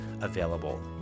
available